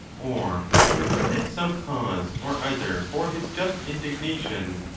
or pretended some cause or other for his just indig nation,